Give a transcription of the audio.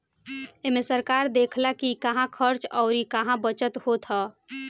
एमे सरकार देखऽला कि कहां खर्च अउर कहा बचत होत हअ